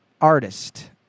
artist